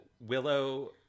willow